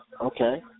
Okay